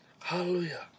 Hallelujah